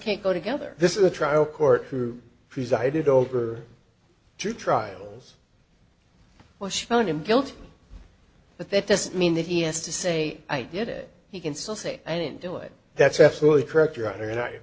can't go together this is a trial court who presided over two trials where she found him guilty but that doesn't mean that he has to say i did it he can still say i didn't do it that's absolutely correct your honor and i